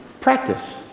practice